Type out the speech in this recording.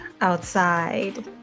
outside